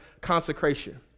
consecration